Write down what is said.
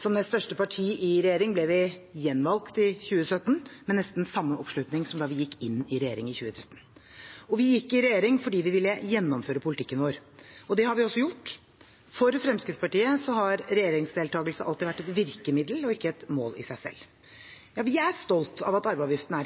Som nest største parti i regjering ble vi gjenvalgt i 2017, med nesten samme oppslutning som da vi gikk inn i regjering i 2013. Vi gikk i regjering fordi vi ville gjennomføre politikken vår, og det har vi også gjort. For Fremskrittspartiet har regjeringsdeltagelse alltid vært et virkemiddel og ikke et mål i seg selv. Vi er stolt av at arveavgiften –